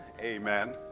amen